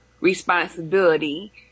responsibility